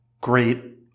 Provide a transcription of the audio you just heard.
great